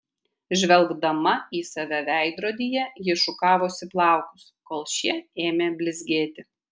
žvelgdama į save veidrodyje ji šukavosi plaukus kol šie ėmė blizgėti